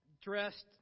dressed